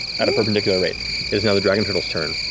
at a perpendicular rate. it is now the dragon turtle's turn.